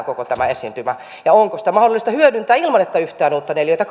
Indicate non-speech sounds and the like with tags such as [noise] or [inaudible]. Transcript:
[unintelligible] koko tämä esiintymä hyödynnetään ja onko sitä mahdollista hyödyntää ilman että yhtään uutta neliötä [unintelligible]